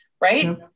Right